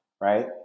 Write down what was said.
right